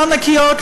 לא נקיות,